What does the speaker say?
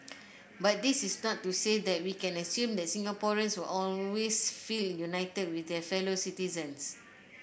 but this is not to say that we can assume that Singaporeans will always feel united with their fellow citizens